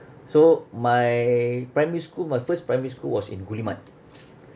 so my primary school my first primary school was in guillemard